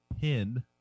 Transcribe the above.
pin